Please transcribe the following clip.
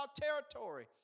territory